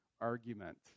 argument